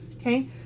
Okay